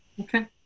Okay